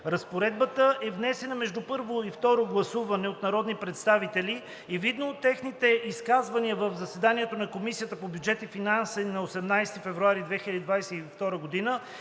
Разпоредбата е внесена между първо и второ гласуване от народни представители и видно от техните изказвания в заседанието на Комисията по бюджет и финанси от 18 февруари 2022 г.